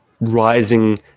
rising